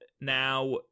Now